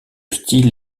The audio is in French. style